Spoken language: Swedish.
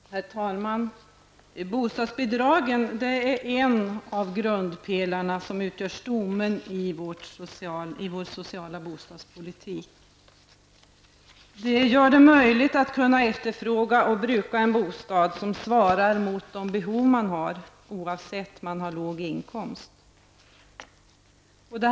Herr talman! Bostadsbidragen är en av grundpelarna i vår sociala bostadspolitik. De gör det möjligt att kunna efterfråga och bruka en bostad som svarar mot de behov man har, oavsett om man har låg inkomst eller ej.